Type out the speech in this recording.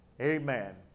Amen